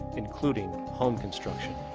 including home construction.